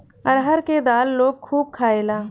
अरहर के दाल लोग खूब खायेला